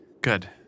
Good